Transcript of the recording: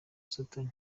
satan